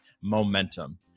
momentum